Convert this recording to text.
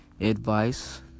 advice